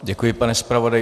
Děkuji, pane zpravodaji.